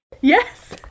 yes